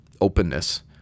openness